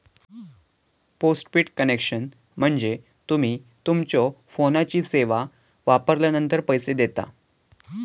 postpaid connection म्हणजे तुम्ही तुमच्यो फोनची सेवा वापरलानंतर पैसो देता